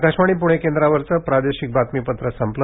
आकाशवाणी पुणे केंद्रावरचं प्रादेशिक बातमीपत्र संपलं